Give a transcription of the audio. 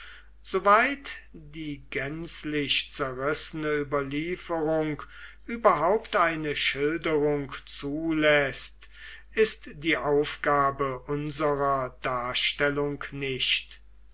soweit die gänzlich zerrissene überlieferung überhaupt eine schilderung zuläßt ist die aufgabe unserer darstellung nicht